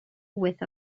with